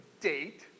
date